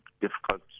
difficult